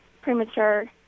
premature